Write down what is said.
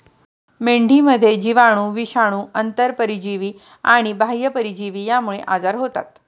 मेंढीमध्ये जीवाणू, विषाणू, आंतरपरजीवी आणि बाह्य परजीवी यांमुळे आजार होतात